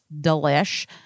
delish